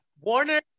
Warner